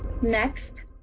Next